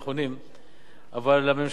אבל הממשלה מתנגדת, והסיבות הן כך: